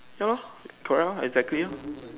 ya lor correct lo exactly lor